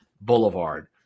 Boulevard